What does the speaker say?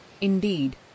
Indeed